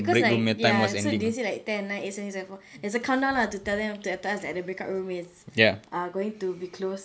because like ya so they will say like ten nine eight seven six five four there's a countdown lah to tell them to tell us that the break room is err going to be closed